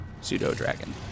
pseudo-dragon